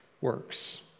works